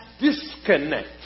disconnect